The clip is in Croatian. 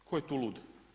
Tko je tu lud?